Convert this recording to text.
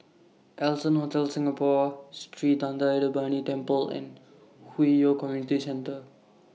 Allson Hotel Singapore Sri Thendayuthapani Temple and Hwi Yoh Community Centre